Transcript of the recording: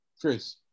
Chris